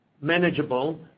manageable